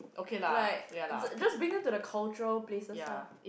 like j~ just bring them to the cultural places ah